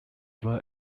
were